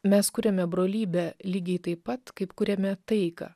mes kuriame brolybę lygiai taip pat kaip kuriame taiką